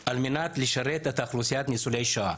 על מנת לשרת את אוכלוסיית ניצולי השואה.